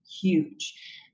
huge